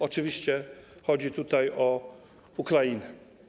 Oczywiście chodzi tutaj o Ukrainę.